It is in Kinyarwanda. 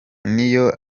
niyo